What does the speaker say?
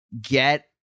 Get